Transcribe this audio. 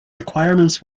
requirements